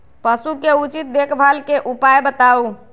पशु के उचित देखभाल के उपाय बताऊ?